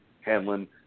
Hamlin